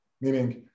Meaning